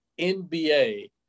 NBA